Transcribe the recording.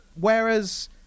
Whereas